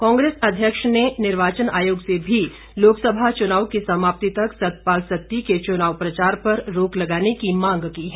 कांग्रेस अध्यक्ष ने निर्वाचन आयोग से भी लोकसभा चुनाव की समाप्ति तक सतपाल सत्ती के चुनाव प्रचार पर रोक लगाने की मांग की है